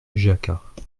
jacquat